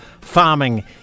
farming